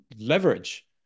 leverage